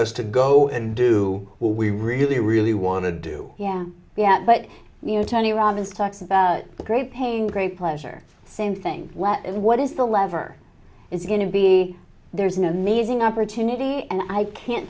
to go and do what we really really want to do yeah yeah but you know tony robbins talks about the great pain great pleasure same thing what is the lever is going to be there's an amazing opportunity and i can't